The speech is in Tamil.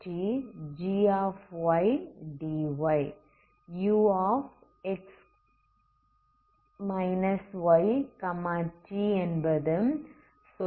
ux ytஎன்பது சொலுயுஷன்